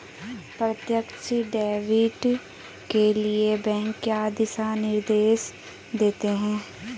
प्रत्यक्ष डेबिट के लिए बैंक क्या दिशा निर्देश देते हैं?